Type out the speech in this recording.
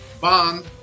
bond